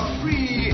free